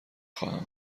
خواهم